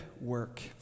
work